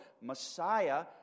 Messiah